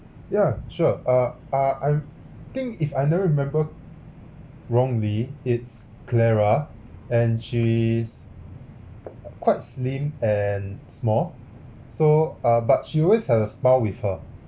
yeah sure uh uh I think if I never remember wrongly it's clara and she's quite slim and small so uh but she always had a smile with her